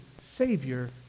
Savior